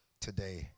today